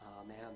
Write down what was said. amen